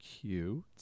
cute